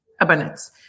Abundance